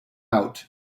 out